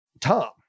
Tom